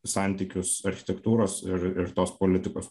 santykius architektūros ir ir tos politikos